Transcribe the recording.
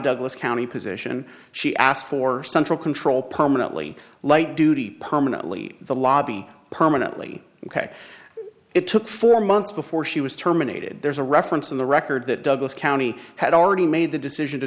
douglas county position she asked for central control permanently light duty permanently the lobby permanently ok it took four months before she was terminated there's a reference in the record that douglas county had already made the decision to